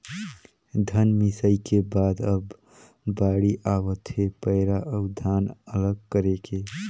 धन मिंसई के बाद अब बाड़ी आवत हे पैरा अउ धान अलग करे के